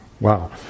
Wow